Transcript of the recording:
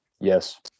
Yes